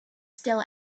still